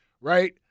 Right